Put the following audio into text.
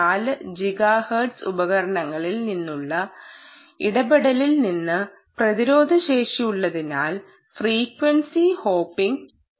4 giga hertz ഉപകരണങ്ങളിൽ നിന്നുള്ള ഇടപെടലിൽ നിന്ന് പ്രതിരോധശേഷിയുള്ളതിനാൽ ഫ്രീക്വൻസി ഹോപ്പിംഗ് FHSS ഉപയോഗിക്കുന്നു